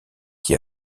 qui